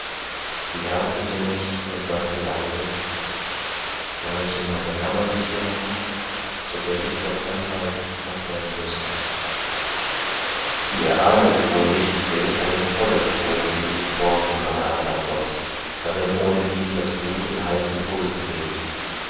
sie herzete mich und sagte leise da ich in meine kammer dich gelassen so werd ich doch dein weib auch werden müssen ihr ahnete wohl nicht welch einen feuerstrom dies wort in meine adern goß darin ohnedies das blut in heißen pulsen ging